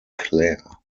clare